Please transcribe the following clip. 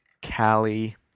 Cali